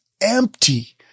empty